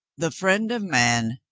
the friend of man,